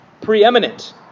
preeminent